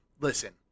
Listen